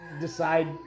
decide